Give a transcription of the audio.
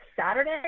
Saturday